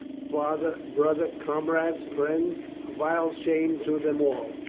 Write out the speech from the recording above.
father, brother, comrades, friends, a vile shame to them all.